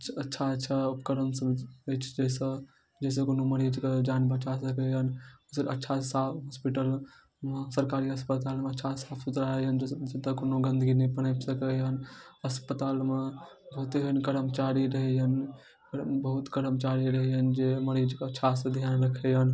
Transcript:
अच्छा अच्छा उपकरणसब अछि जाहिसँ जाहिसँ कोनो मरीजके जान बचा सकैए अच्छा सा हॉस्पिटलमे सरकारी अस्पतालमे अच्छासँ साफ सुथरा रहैए जाहिसँ जतऽ कोनो गन्दगी नहि पनपि सकैए अस्पतालमे बहुते एहन कर्मचारी रहैए बहुत कर्मचारी रहैए जे मरीजके अच्छासँ धिआन रखैए